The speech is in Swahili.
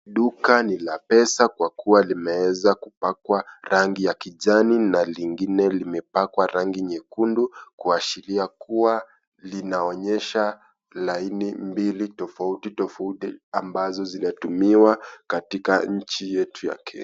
Duka ni la pesa kwa kuwa limeeza kupakwa rangi ya kijani na lingine limepakwa rangi nyekundu kuashiria kuwa linaonyesha laini mbili tofauti tofauti ambazo zinatumiwa katika nchi yetu ya Kenya.